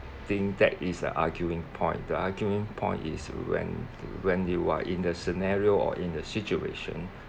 think that is a arguing point the arguing point is when when you are in the scenario or in the situation